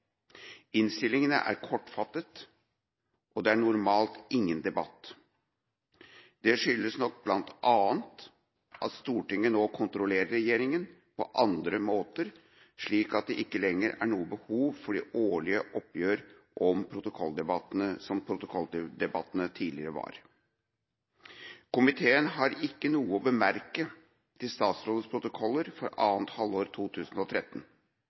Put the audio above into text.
Innstillingene er kortfattede, og det er normalt ingen debatt. Det skyldes nok bl.a. at Stortinget nå kontrollerer regjeringa på andre måter, slik at det ikke lenger er noe behov for de årlige oppgjør som protokolldebattene tidligere var. Komiteen har ikke noe å bemerke til statsrådets protokoller for annet halvår 2013,